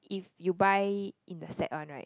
if you buy in the set one right